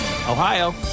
Ohio